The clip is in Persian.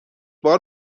بار